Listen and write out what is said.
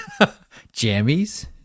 jammies